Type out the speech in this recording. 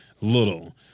little